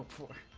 for